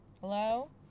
Hello